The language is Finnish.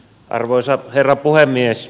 arvoisa herra puhemies